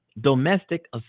domestic